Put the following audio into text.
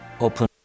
open